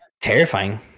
terrifying